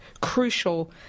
crucial